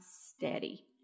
steady